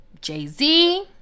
Jay-Z